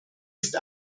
ist